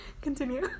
Continue